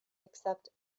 accept